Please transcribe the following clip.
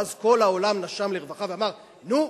ואז כל העולם נשם לרווחה ואמר: נו,